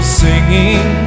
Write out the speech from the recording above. singing